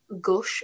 gush